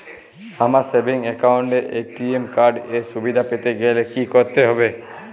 আমার savings account এ ATM card এর সুবিধা পেতে গেলে কি করতে হবে?